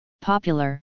popular